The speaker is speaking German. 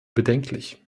bedenklich